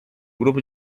grupo